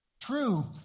True